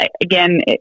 Again